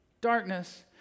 darkness